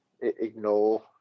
ignore